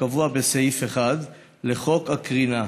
הקבוע בסעיף 1 לחוק הקרינה,